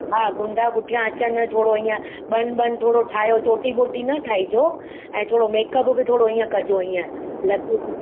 हा गुंडा पुठिया अचनि थोरो ईअं बन बन थोरो ठाहियो चोटी ॿोटी न ठाहिजो ऐं थोरो मेकअप बि थोरो ईअं कजो ईअं लॻे की